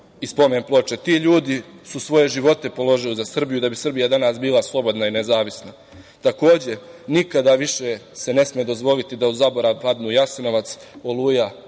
i spomen ploče. Ti ljudi su svoje živote položili za Srbiju, da bi Srbija danas bila slobodna i nezavisna. Takođe, nikada više se ne sme dozvoliti da u zaborav padnu Jasenovac, „Oluja“,